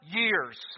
years